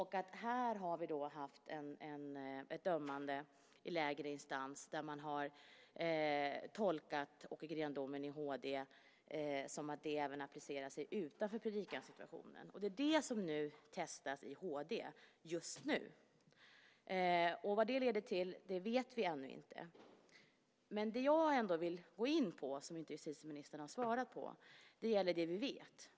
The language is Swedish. Här har vi haft en dom i lägre instans där man har tolkat Åke Green-domen i HD som att detta även appliceras utanför predikosituationen. Det är det som testas i HD just nu. Vad det leder till vet vi ännu inte. Men vad jag vill gå in på, som justitieministern inte har svarat på, gäller det vi vet.